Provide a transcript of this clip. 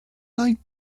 like